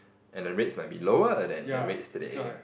and the rates might be lower than the rates today